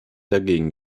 dagegen